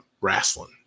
Wrestling